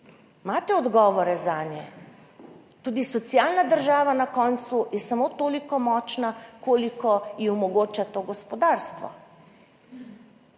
Imate odgovore zanje? Tudi socialna država je na koncu samo toliko močna, kolikor ji to omogoča gospodarstvo.